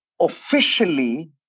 officially